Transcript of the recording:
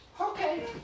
Okay